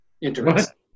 Interesting